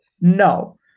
no